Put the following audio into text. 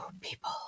people